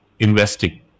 Investing